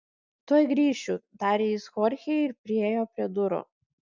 tuoj grįšiu tarė jis chorchei ir priėjo prie durų